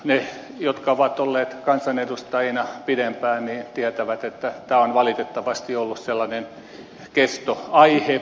ne jotka ovat olleet kansanedustajina pidempään tietävät että tämä on valitettavasti ollut sellainen kestoaihe